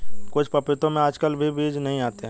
कुछ पपीतों में आजकल बीज भी नहीं आते हैं